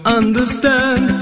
understand